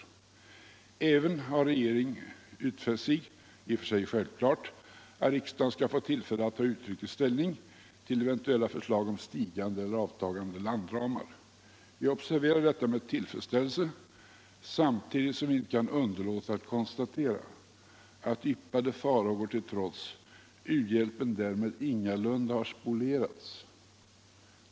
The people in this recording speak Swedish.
Regeringen har även utfäst — i och för sig självklart —-”att riksdagen skall få tillfälle att ta uttrycklig ställning till eventuella förslag om stigande eller avtagande landramar. Vi observerar detta med tillfredsställelse, samtidigt som vi inte kan underlåta att konstatera att yppade farhågor till trots u-hjälpen därmed ingalunda har spolierats.